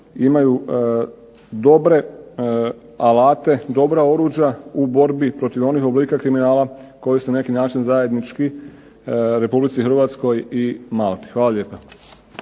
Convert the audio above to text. imaju dobre alate, dobra oruđa u borbi protiv onih oblika kriminala koji su na neki način zajednički RH i Malti. Hvala lijepa.